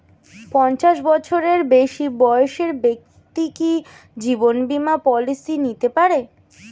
পঞ্চাশ বছরের বেশি বয়সের ব্যক্তি কি জীবন বীমা পলিসি নিতে পারে?